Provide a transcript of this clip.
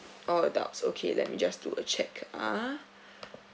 all adults okay let me just do a check ah